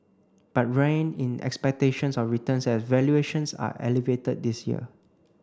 but rein in expectations of returns as valuations are elevated this year